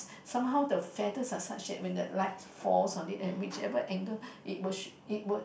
somehow the feather are such that when the light falls on it and whichever angle it will it will